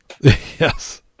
Yes